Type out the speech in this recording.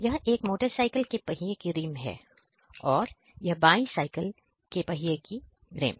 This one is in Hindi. यह एक मोटरसाइकिल के पहिए की रिम है और यह बाई साइकिल के पहिए की रिम